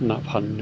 ना फान्नो